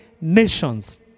nations